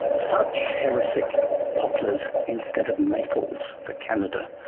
such heresy poplars instead of maples for canada.